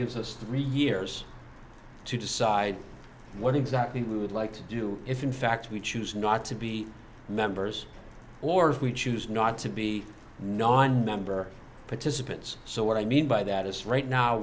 gives us three years to decide what exactly we would like to do if in fact we choose not to be members or if we choose not to be nonmember participants so what i mean by that is right now